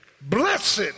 Blessed